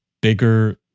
bigger